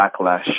backlash